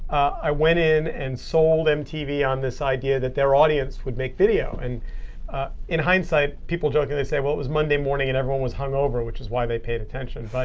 i went in and sold mtv on this idea that their audience would make video. and in hindsight, people joke. and they say, well, it was monday morning and everyone was hung over, which is why they paid attention.